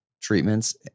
treatments